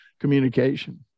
communication